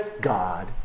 God